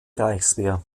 reichswehr